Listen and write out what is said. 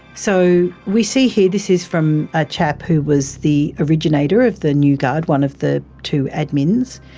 so, we see here this is from a chap who was the originator of the new guard, one of the two admins.